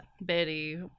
Betty